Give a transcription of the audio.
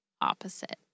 opposite